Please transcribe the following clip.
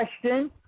question